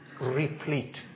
replete